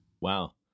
Wow